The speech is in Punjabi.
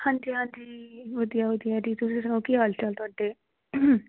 ਹਾਂਜੀ ਹਾਂਜੀ ਵਧੀਆ ਵਧੀਆ ਜੀ ਤੁਸੀਂ ਸੁਣਾਓ ਕੀ ਹਾਲ ਚਾਲ ਤੁਹਾਡੇ